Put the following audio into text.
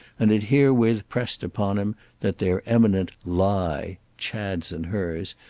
and it herewith pressed upon him that their eminent lie, chad's and hers,